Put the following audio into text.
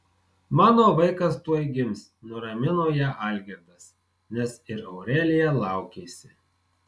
mano vaikas tuoj gims nuramino ją algirdas nes ir aurelija laukėsi